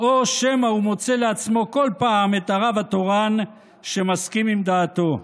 או שמא הוא מוצא לעצמו כל פעם את הרב התורן שמסכים עם דעתו?